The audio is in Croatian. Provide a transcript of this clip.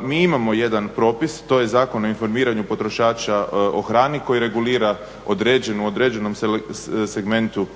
mi imamo jedan propis, to je Zakon o informiranju potrošača o hrani koji regulira u određenom segmentu